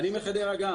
מחדרה.